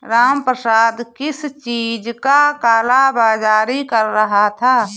रामप्रसाद किस चीज का काला बाज़ारी कर रहा था